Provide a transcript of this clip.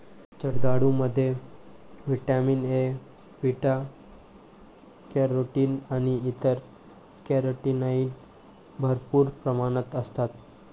जर्दाळूमध्ये vitamin A, beta carotene आणि इतर कॅरोटीनॉइड्स भरपूर प्रमाणात असतात